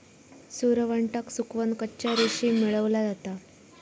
सुरवंटाक सुकवन कच्चा रेशीम मेळवला जाता